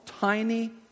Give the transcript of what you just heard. tiny